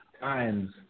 times